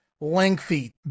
lengthy